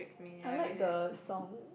I like the song